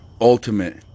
ultimate